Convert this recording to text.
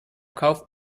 kauf